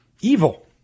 evil